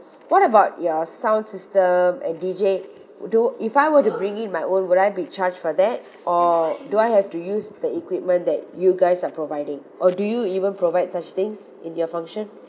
what about your sound system and D_J do if I were to bring in my own would I be charged for that or do I have to use the equipment that you guys are providing or do you even provide such things in your function